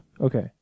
Okay